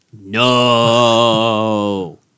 No